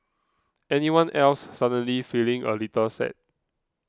anyone else suddenly feeling a little sad